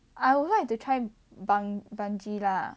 I would like to try bung~ bungee lah